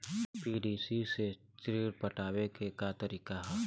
PDC से ऋण पटावे के का तरीका ह?